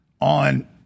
on